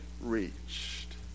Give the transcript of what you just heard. reached